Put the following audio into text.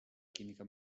química